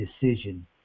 decision